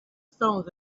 stones